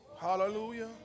Hallelujah